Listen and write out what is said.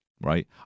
right